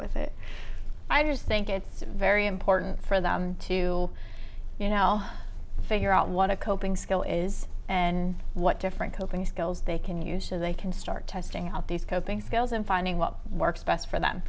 with it i just think it's very important for them to you know figure out what a coping skill is and what different coping skills they can use so they can start testing out these coping skills and finding what works best for them